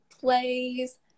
plays